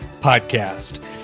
Podcast